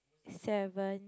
seven